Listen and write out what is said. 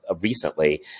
recently